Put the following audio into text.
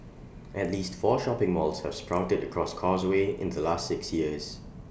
at least four shopping malls have sprouted across causeway in the last six years